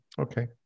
Okay